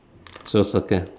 so circle